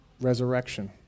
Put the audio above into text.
resurrection